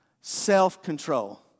self-control